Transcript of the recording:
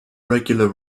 regular